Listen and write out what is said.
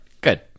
Good